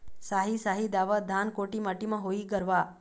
साही शाही दावत धान कोन माटी म होही गरवा?